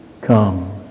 come